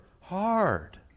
hard